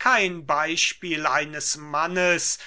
kein beispiel eines mannes